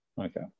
Okay